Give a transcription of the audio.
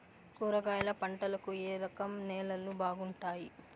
కూరగాయల పంటలకు ఏ రకం నేలలు బాగుంటాయి?